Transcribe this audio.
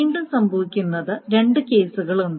വീണ്ടും സംഭവിക്കുന്നത് രണ്ട് കേസുകളുണ്ട്